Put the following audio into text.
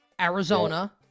Arizona